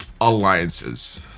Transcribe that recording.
alliances